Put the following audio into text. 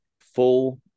full